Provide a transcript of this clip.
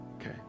Okay